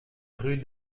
rue